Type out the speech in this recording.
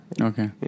Okay